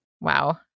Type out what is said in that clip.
Wow